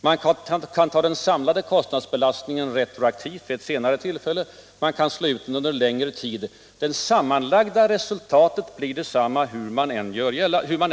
Det kan ta ut den samlade kostnadsbelastningen retroaktivt vid ett senare tillfälle, det kan slå ut den under en längre tid; det sammanlagda resultatet blir detsamma hur det än gör.